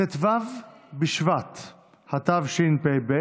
ט"ו בשבט התשפ"ב,